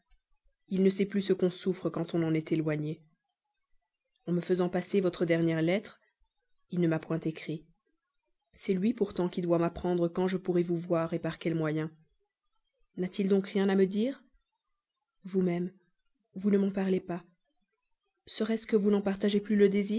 il ne sait plus ce qu'on souffre quand on est éloigné en me faisant passer votre dernière lettre il ne m'a point écrit c'est lui pourtant qui doit m'apprendre quand je pourrai vous voir par quel moyen n'a-t-il donc rien à me dire vous-même vous ne m'en parlez pas serait-ce que vous n'en partagez plus le désir